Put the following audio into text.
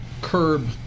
curb